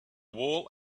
wool